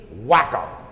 wacko